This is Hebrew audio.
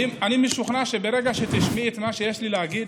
אני משוכנע שברגע שתשמעי את מה שיש לי להגיד,